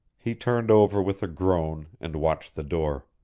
he turned over with a groan and watched the door.